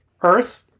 earth